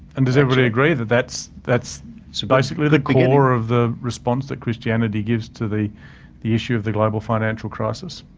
and does everybody agree that that's that's so basically the core of the response that christianity gives to the the issue of the global financial crisis?